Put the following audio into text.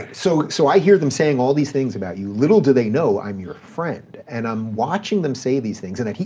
so so i hear them saying all these things about you. little do they know i'm your friend and i'm watching them say these things and, and